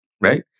right